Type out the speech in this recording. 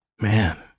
man